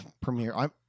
premiere